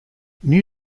new